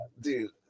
Dude